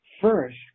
first